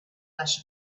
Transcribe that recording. flash